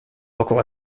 local